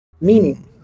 meaning